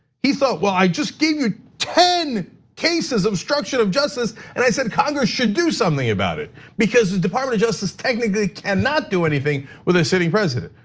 he thought well, i just gave you ten cases of obstruction of justice, and i said congress should do something about it because the department of justice technically cannot do anything with a sitting president.